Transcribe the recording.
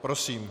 Prosím.